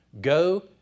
Go